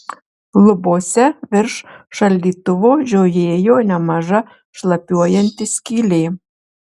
lubose virš šaldytuvo žiojėjo nemaža šlapiuojanti skylė